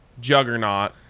juggernaut